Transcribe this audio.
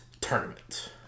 Tournament